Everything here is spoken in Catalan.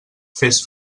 fes